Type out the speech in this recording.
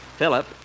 Philip